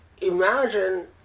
imagine